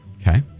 Okay